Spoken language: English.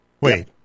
Wait